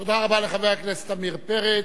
תודה רבה לחבר הכנסת עמיר פרץ.